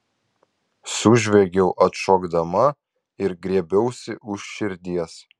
sužviegiau atšokdama ir griebiausi už širdies